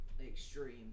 extreme